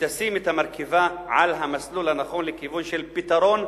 ותשים את המרכבה על המסלול הנכון לכיוון של פתרון,